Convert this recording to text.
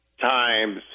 times